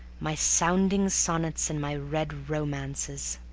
my sounding sonnets and my red romances.